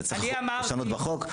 צריך לשנות בחוק?